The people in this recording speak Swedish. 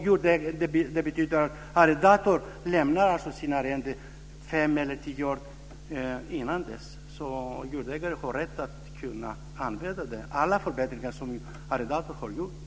Det betyder att när arrendatorn lämnar sitt arrende har jordägaren rätt att använda det med alla de förbättringar som arrendatorn har gjort.